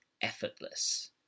effortless